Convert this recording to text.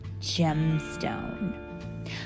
gemstone